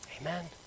Amen